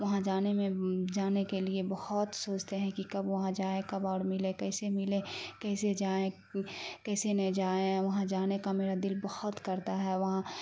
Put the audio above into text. وہاں جانے میں جانے کے لیے بہت سوچتے ہیں کہ کب وہاں جائیں کب اور ملے کیسے ملیں کیسے جائیں کیسے نہیں جائیں وہاں جانے کا میرا دل بہت کرتا ہے وہاں